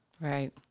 Right